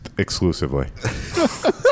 Exclusively